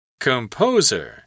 composer